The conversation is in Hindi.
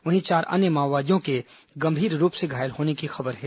वहीं चार अन्य माओवादियों के गंभीर रूप से घायल होने की खबर है